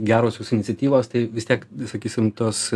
gerosios iniciatyvos tai vis tiek sakysim tos